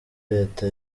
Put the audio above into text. leta